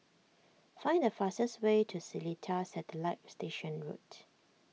find the fastest way to Seletar Satellite Station Root